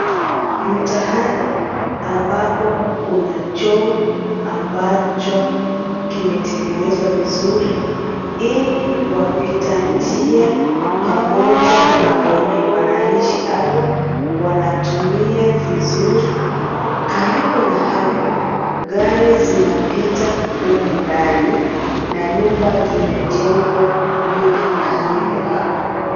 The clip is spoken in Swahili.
Mtaani ambapo kuna choo ambacho kimetengenezwa vizuri, ili wapita njia pamoja na wenye wanaishi hapo, wanatumia vizuri, karibu na hapo, gari zinapita humu ndani, nyumba zimejengwa nyingi karibu hapo.